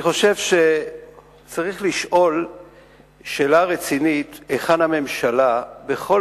אני חושב שצריך לשאול שאלה רצינית: היכן הממשלה בכל